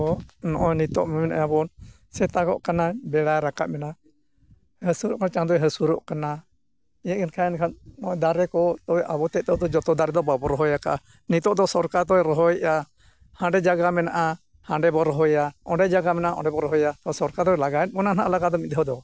ᱟᱵᱚ ᱱᱚᱜᱼᱚᱭ ᱱᱤᱛᱚᱜ ᱢᱮᱱᱮᱫᱼᱟ ᱵᱚᱱ ᱥᱮᱛᱟᱜᱚᱜ ᱠᱟᱱᱟ ᱵᱮᱲᱟᱭ ᱨᱟᱠᱟᱵ ᱮᱱᱟ ᱦᱟᱹᱥᱩᱨᱚᱜ ᱢᱟ ᱪᱟᱸᱫᱳᱭ ᱦᱟᱹᱥᱩᱨᱚᱜ ᱠᱟᱱᱟ ᱮᱱᱠᱷᱟᱱ ᱮᱱᱠᱷᱟᱱ ᱱᱚᱜᱼᱚᱭ ᱫᱟᱨᱮ ᱠᱚ ᱟᱵᱚ ᱛᱮᱫ ᱫᱚ ᱡᱚᱛᱚ ᱫᱟᱨᱮ ᱫᱚ ᱵᱟᱵᱚ ᱨᱚᱦᱚᱭ ᱠᱟᱜᱼᱟ ᱱᱤᱛᱚᱜ ᱫᱚ ᱥᱚᱨᱠᱟᱨ ᱫᱚᱭ ᱨᱚᱦᱚᱭᱮᱜᱼᱟ ᱦᱟᱸᱰᱮ ᱡᱟᱭᱜᱟ ᱢᱮᱱᱟᱜᱼᱟ ᱦᱟᱸᱰᱮ ᱵᱚᱱ ᱨᱚᱦᱚᱭᱟ ᱚᱸᱰᱮ ᱡᱟᱭᱜᱟ ᱢᱮᱱᱟᱜᱼᱟ ᱚᱸᱰᱮ ᱵᱚᱱ ᱨᱚᱦᱚᱭᱟ ᱛᱚ ᱥᱚᱨᱠᱟᱨ ᱫᱚᱭ ᱞᱟᱜᱟᱭᱮᱫ ᱵᱚᱱᱟ ᱦᱟᱸᱜ ᱞᱟᱜᱟ ᱫᱚ ᱢᱤᱫ ᱫᱷᱟᱹᱣ ᱫᱚ